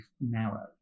narrow